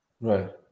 Right